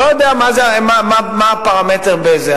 לא יודע מה הפרמטר בזה.